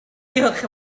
diolch